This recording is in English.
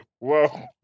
whoa